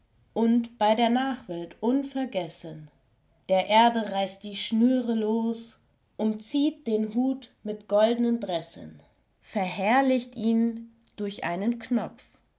und bei der nachwelt unvergessen der erbe reißt die schnüre los umzieht den hut mit goldnen dressen verherrlicht ihn durch einen knopf